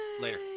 Later